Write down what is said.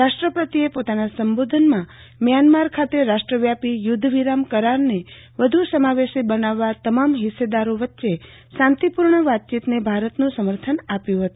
રાષ્ટ્રપતિએ પોતાના સંબોધનમાં મ્યાનમાર ખાતે રાષ્ટ્રવ્યાપી યુદ્ધવિરામ કરારને વધુ સમાવેશી બનાવવા તમામ હિસ્સેદારો વચ્ચે શાંતિપૂર્ણ વાતચીતને ભારતનું સમર્થન આપ્યું છે